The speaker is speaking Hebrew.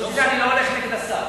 ועדת הכנסת